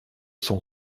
son